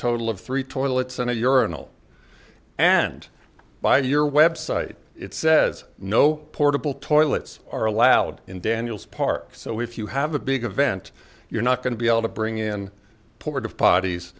total of three toilets and a urine all and by your website it says no portable toilets are allowed in daniel's park so if you have a big event you're not going to be able to bring in port a potties